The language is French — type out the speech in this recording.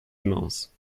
immense